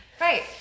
Right